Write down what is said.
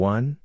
One